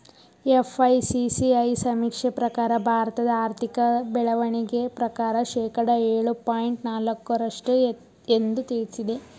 FICCI ಸಮೀಕ್ಷೆ ಪ್ರಕಾರ ಭಾರತದ ಆರ್ಥಿಕ ಬೆಳವಣಿಗೆ ಪ್ರಕಾರ ಶೇಕಡ ಏಳು ಪಾಯಿಂಟ್ ನಾಲಕ್ಕು ರಷ್ಟು ಎಂದು ತಿಳಿಸಿದೆ